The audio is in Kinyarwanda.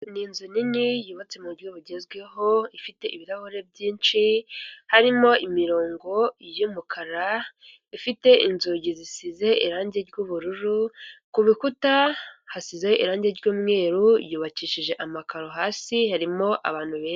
Ni inzu nini yubatse muburyo bugezweho ifite ibirahure byinshi harimo imirongo y'umukara, ifite inzugi zisize irangi ry'ubururu kurukuta hasize irangi ry'umweru yubakishije amakaro hasi harimo abantu benshi.